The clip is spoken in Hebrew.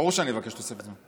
ברור שאני אבקש תוספת זמן.